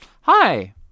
Hi